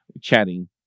chatting